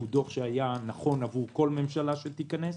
זה דוח שהיה נכון לכל ממשלה שתיכנס,